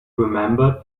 remembered